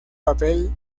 papel